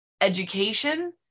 education